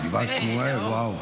גבעת שמואל, וואו.